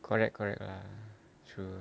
correct correct lah true